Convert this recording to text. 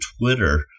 Twitter